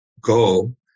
go